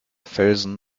felsen